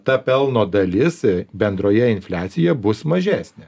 ta pelno dalis bendroje infliacija bus mažesnė